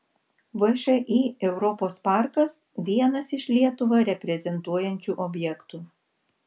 všį europos parkas vienas iš lietuvą reprezentuojančių objektų